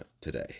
today